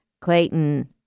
Clayton